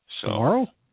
Tomorrow